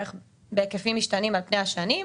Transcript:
בהיקף משתנים על פי השנים.